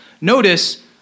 Notice